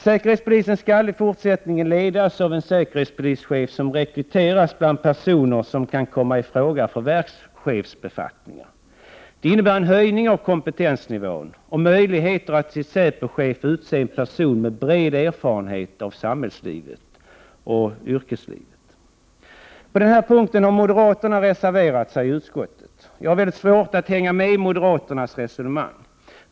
Säkerhetspolisen skall i fortsättningen ledas av en säkerhetspolischef, som rekryteras bland personer som kan komma i fråga för verkschefsbefattningar. Det innebär en höjning av kompetensnivån och möjligheter att till säpochef utse en person med bred erfarenhet av samhällsfrågor och yrkesliv. På den här punkten har moderaterna reserverat sig i utskottet. Jag har svårt att hänga med i moderaternas resonemang.